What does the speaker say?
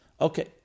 Okay